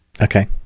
Okay